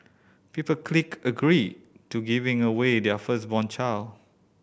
people clicked agree to giving away their firstborn child